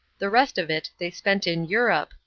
the rest of it they spent in europe,